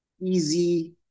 easy